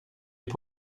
hip